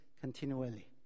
continually